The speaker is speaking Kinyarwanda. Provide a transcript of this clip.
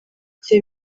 cye